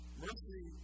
Mercy